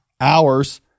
hours